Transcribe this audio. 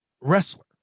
wrestler